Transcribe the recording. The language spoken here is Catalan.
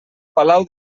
palau